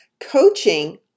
Coaching